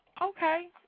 Okay